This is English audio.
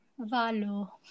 Valo